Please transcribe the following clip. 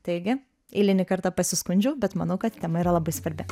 taigi eilinį kartą pasiskundžiau bet manau kad tema yra labai svarbi